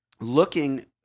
looking